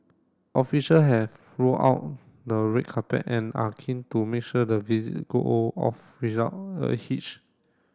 official have rolled out the red carpet and are keen to make sure the visit go off without a hitch